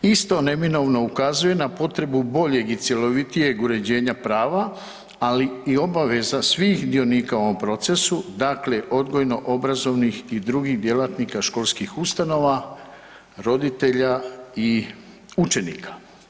Isto neminovno ukazuje na potrebu boljeg i cjelovitijeg uređenja prava, ali i obaveza svih dionika u ovom procesu, dakle odgojno-obrazovnih i drugih djelatnika školskih ustanova, roditelja i učenika.